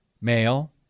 male